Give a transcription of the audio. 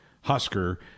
Husker